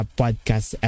podcast